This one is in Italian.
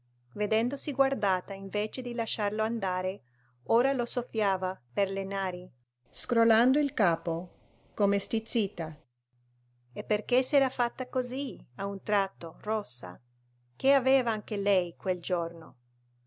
vedendosi guardata invece di lasciarlo andare ora lo soffiava per le nari scrollando il capo come stizzita e perché s'era fatta così a un tratto rossa che aveva anche lei quel giorno